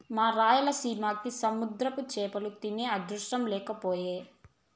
మా రాయలసీమకి సముద్ర చేపలు తినే అదృష్టం లేకపాయె